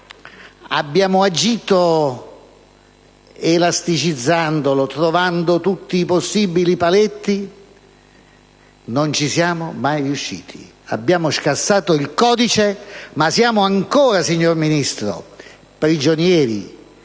è irrigidito, elasticizzato, alzando e abbassando tutti i possibili paletti, ma non ci siamo mai riusciti: Abbiamo scassato il codice, ma siamo ancora, signor Ministro, prigionieri